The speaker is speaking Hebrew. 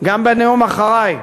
גם בנאום אחרַי,